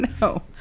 No